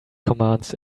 commands